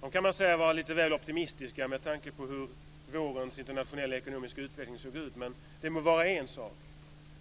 på kan sägas vara lite väl optimistiska med tanke på hur vårens internationella ekonomiska utveckling såg ut, men det må vara en sak.